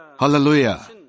Hallelujah